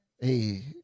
Hey